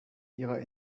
ihrer